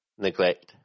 neglect